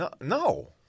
no